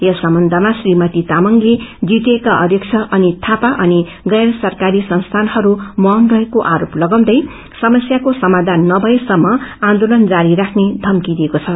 यस सम्बन्धमा श्रीमती तामाङले जीटीए का अध्यक्ष अनित थापा अनि गैर सरकारी संस्थानहरू मौन रहेको आरोप लगाउँदै समस्याको समाधान न भए सम्प आन्दोलन जारी राख्ने धमकी दिएको छ